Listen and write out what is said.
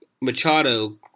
machado